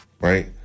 right